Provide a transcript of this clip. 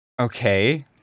Okay